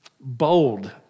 bold